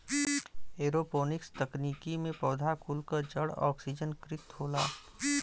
aeroponics तकनीकी में पौधा कुल क जड़ ओक्सिजनकृत होला